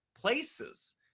places